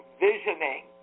visioning